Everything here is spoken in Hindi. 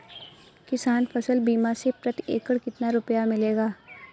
किसान फसल बीमा से प्रति एकड़ कितना रुपया मिलेगा?